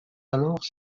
alors